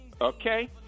okay